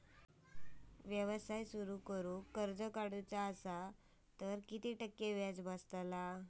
व्यवसाय सुरु करूक कर्ज काढूचा असा तर किती टक्के व्याज बसतला?